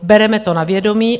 Bereme to na vědomí.